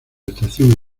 estación